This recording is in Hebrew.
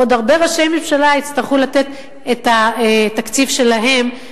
עוד הרבה ראשי ממשלה יצטרכו לתת את התקציב שלהם,